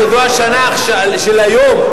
שזו השנה של היום,